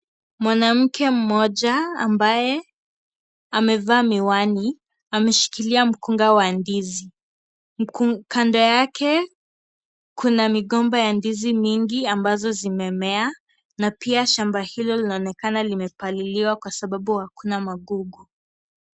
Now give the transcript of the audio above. Mwanamke mmoja ambaye amevaa miwani ameshikilia mkunga wa ndizi. Kando yake kuna migomba ya ndizi mingi ambazo zimemea, na pia shamba laonekana limepaliliwa kwa sababu hakuna magugu.